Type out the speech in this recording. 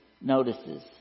notices